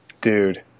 Dude